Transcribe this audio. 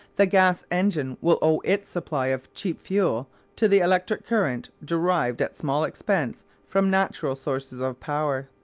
the gas-engine will owe its supply of cheap fuel to the electric current derived at small expense from natural sources of power.